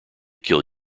kill